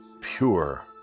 pure